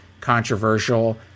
controversial